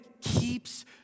keeps